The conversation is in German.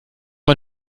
man